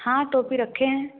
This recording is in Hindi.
हाँ टोपी रखे हैं